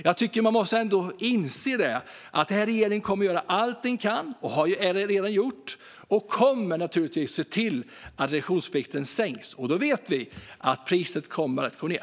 Jag tycker att man måste inse att den här regeringen kommer att göra och redan har gjort allt den kan och naturligtvis kommer att se till att reduktionsplikten sänks. Och då vet vi att priset kommer att gå ned.